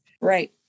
Right